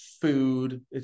food